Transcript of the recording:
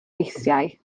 eisiau